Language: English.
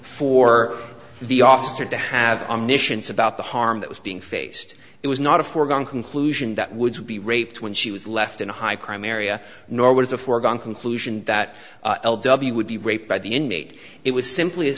for the officer to have omniscience about the harm that was being faced it was not a foregone conclusion that woods would be raped when she was left in a high crime area nor was a foregone conclusion that l w would be raped by the inmate it was simply a